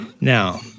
Now